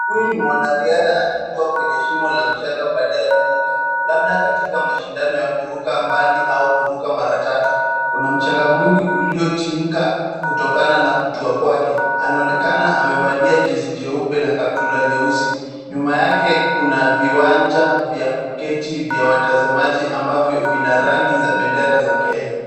Huyu ni mwanariadha akitua kwenye shimo la mchanga baada ya kuruka, labda katika mashindano ya kuruka mbali au kuruka mara tatu, Kuna mchanga mwingi uliotimuka kutokana na kutua kwake, anaonekana amevalia jezi jeupe na kaptula nyeusi. Nyuma yake kuna viwanja vya kuketi vya watazamaji ambavyo vina rangi za bendera za Kenya.